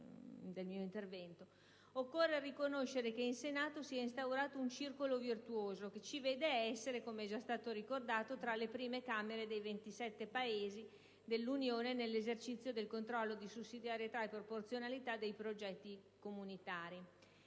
del mio intervento), occorre riconoscere che in Senato si è instaurato un "circolo virtuoso" che ci vede essere (com'è già stato ricordato) tra le prime Camere dei 27 Paesi membri dell'Unione nell'esercizio del controllo di sussidiarietà e proporzionalità dei progetti comunitari.